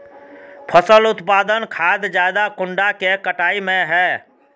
फसल उत्पादन खाद ज्यादा कुंडा के कटाई में है?